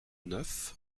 neuf